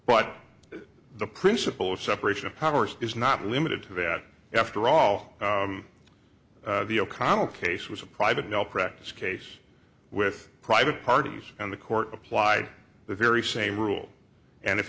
but the principle of separation of powers is not limited to that after all the o'connell case was a private malpractise case with private parties and the court applied the very same rule and if